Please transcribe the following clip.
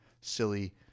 silly